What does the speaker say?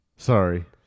Sorry